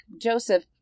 Joseph